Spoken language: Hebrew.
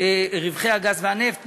מיסוי רווחי נפט,